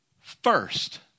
first